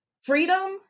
freedom